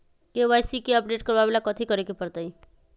KYC के update करवावेला कथि करें के परतई?